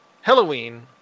Halloween